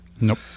Nope